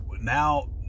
now